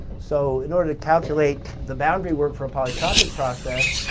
so, in order to calculate the boundary work for a polytropic process,